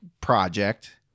project